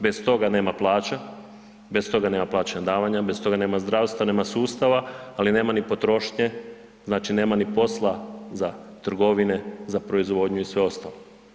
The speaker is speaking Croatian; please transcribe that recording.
Bez toga nema plaća, bez toga nema plaćanja davanja, bez toga nema zdravstva, nema sustava, ali nema ni potrošnje znači nema ni posla za trgovine, za proizvodnju i sve ostalo.